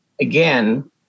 again